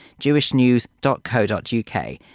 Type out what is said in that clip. jewishnews.co.uk